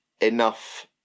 enough